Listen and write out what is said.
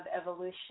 evolution